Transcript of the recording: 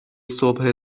صبح